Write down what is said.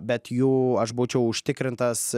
bet jų aš būčiau užtikrintas